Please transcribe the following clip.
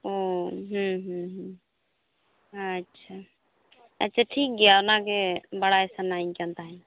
ᱚᱻᱦᱮᱸ ᱦᱮᱸ ᱟᱪᱪᱷᱟ ᱟᱪᱪᱷᱟ ᱴᱷᱤᱠ ᱜᱮᱭᱟ ᱚᱱᱟᱜᱮ ᱵᱟᱲᱟᱭ ᱥᱟᱱᱟ ᱤᱧ ᱠᱟᱱ ᱛᱟᱦᱮᱱ